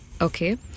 Okay